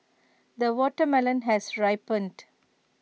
the watermelon has ripened